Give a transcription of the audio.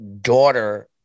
daughter